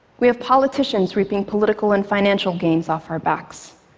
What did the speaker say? we have politicians reaping political and financial gains off our backs.